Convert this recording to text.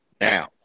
Now